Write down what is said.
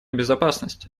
безопасность